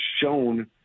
shown